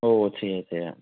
ഓ ചെയ്യാം ചെയ്യാം